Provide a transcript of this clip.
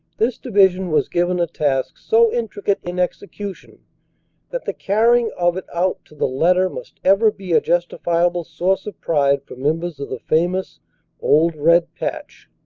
this division was given a task so intricate in execution that the carrying of it out to the letter must ever be a justifiable source of pride for members of the famous old red patch.